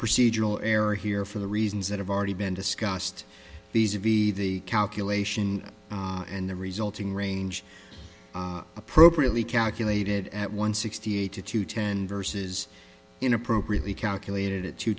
procedural error here for the reasons that have already been discussed these are the the calculation and the resulting range appropriately calculated at one sixty eight to two ten verses in appropriately calculated it to